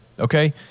Okay